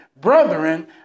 brethren